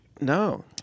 No